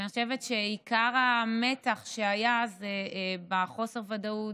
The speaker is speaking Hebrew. אני חושבת שעיקר המתח שהיה זה מחוסר ודאות,